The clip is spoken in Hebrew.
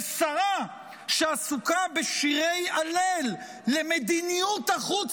ושרה שעסוקה בשירי הלל למדיניות החוץ